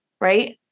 right